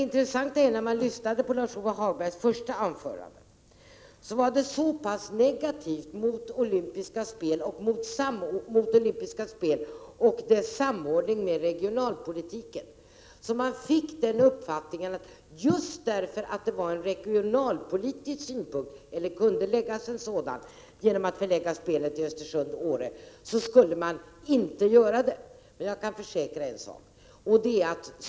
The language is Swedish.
Lars-Ove Hagbergs första anförande var så negativt mot olympiska spel och deras samordning med regionalpolitiken att man fick den uppfattningen att just därför att regionalpolitiska synpunkter kunde läggas på spelen, vid en förläggning av dem till Åre, så skulle man inte göra det. Men jag kan försäkra en sak.